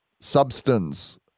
substance